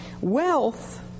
wealth